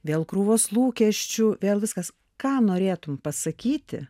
vėl krūvos lūkesčių vėl viskas ką norėtum pasakyti